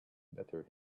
better